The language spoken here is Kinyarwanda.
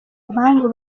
impamvu